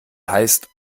heißt